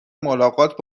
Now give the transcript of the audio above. ملاقات